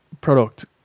product